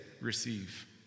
receive